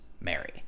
Mary